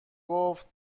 گفت